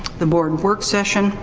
the board work session,